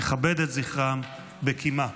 נכבד את זכרם בקימה.